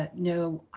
ah no,